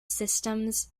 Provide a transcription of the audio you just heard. systems